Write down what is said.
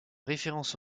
référence